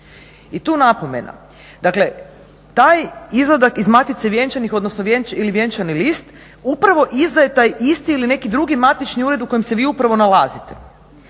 I tu napomena. Dakle, taj izvadak iz matice vjenčani ili vjenčani list upravo izdaje taj isti ili neki drugi matični ured u kojem se vi upravo nalazite,